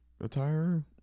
attire